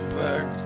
back